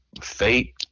fate